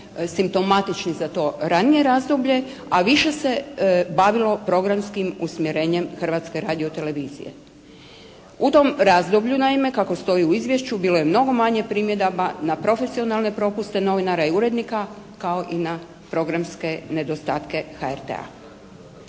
simptomatični za to ranije razdoblje, a više se bavilo programskim usmjerenjem Hrvatske radiotelevizije. U tom razdoblju naime, kako stoji u Izvješću bilo je mnogo manje primjedaba na profesionalne propuste novinara i urednika kao i na programske nedostatke HRT-a.